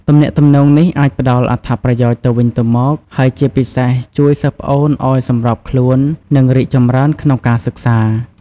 ទំនាក់ទំនងនេះអាចផ្ដល់អត្ថប្រយោជន៍ទៅវិញទៅមក ហើយជាពិសេសជួយសិស្សប្អូនឲ្យសម្របខ្លួន និងរីកចម្រើនក្នុងការសិក្សា។